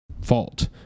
fault